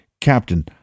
Captain